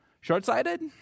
short-sighted